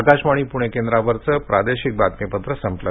आकाशवाणी पुणे केंद्रावरचं प्रादेशिक बातमीपत्र संपलं